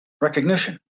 recognition